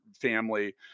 family